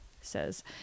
says